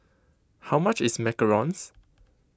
how much is macarons